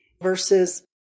versus